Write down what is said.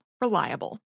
Reliable